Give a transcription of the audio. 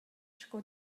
sco